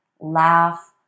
laugh